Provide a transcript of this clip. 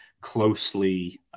closely